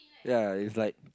ya it's like